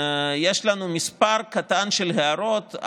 יש לנו מספר קטן של הערות,